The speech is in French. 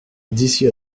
d’ici